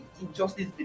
Injustice